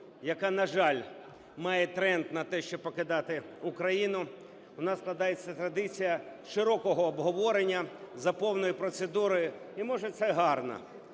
яка, на жаль, має тренд на те, щоб покидати Україну, у нас складається традиція широкого обговорення за повною процедурою, і, може, це гарно.